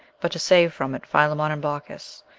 but to save from it philemon and baukis,